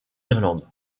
irlande